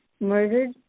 murdered